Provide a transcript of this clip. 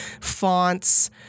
fonts